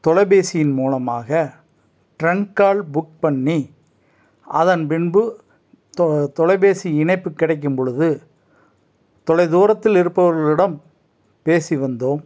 தொலைபேசியின் மூலமாக trunk call book பண்ணி அதன் பின்பு தொ தொலைபேசி இணைப்பு கிடைக்கும்பொழுது தொலை தூரத்தில் இருப்பவர்களிடம் பேசி வந்தோம்